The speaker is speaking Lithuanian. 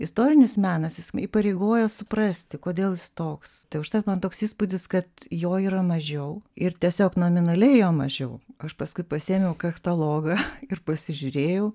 istorinis menas jis įpareigoja suprasti kodėl jis toks tai užtat man toks įspūdis kad jo yra mažiau ir tiesiog nominaliai jo mažiau aš paskui pasiėmiau katalogą ir pasižiūrėjau